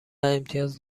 امتیاز